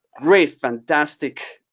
great fantastic